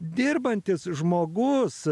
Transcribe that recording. dirbantis žmogus